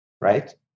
right